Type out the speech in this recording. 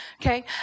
Okay